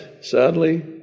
sadly